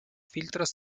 filtros